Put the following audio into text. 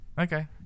okay